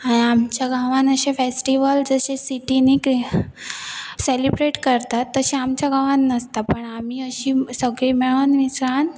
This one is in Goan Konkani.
आनी आमच्या गांवान अशे फेस्टिवल जशे सिटीनी सेलिब्रेट करतात तशें आमच्या गांवान नासता पण आमी अशी सगळीं मेळून मिसळान